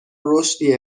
رشدی